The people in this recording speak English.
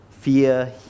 fear